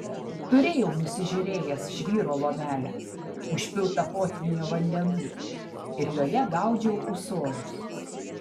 turėjau nusižiūrėjęs žvyro lomelę užpiltą potvynio vandenų ir joje gaudžiau ūsorius